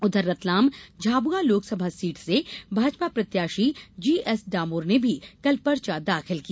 उधर रतलाम झाबुआ लोकसभा सीट से भाजपा प्रत्याशी जी एस डामोर ने भी कल पर्चा दाखिल किया